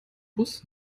bus